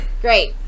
Great